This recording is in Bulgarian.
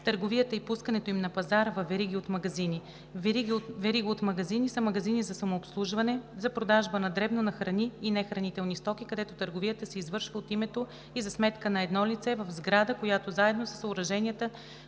търговията и пускането им на пазара във вериги от магазини. Верига от магазини са магазини за самообслужване за продажба на дребно на храни и нехранителни стоки, където търговията се извършва от името и за сметка на едно лице в сграда, която заедно със съоръженията